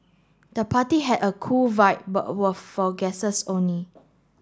the party had a cool vibe but were for guests only